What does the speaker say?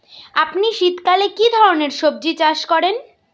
আপনি শীতকালে কী ধরনের সবজী চাষ করেন?